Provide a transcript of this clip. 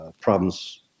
problems